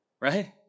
Right